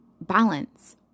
balance